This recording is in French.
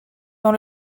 dans